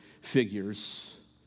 figures